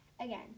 Again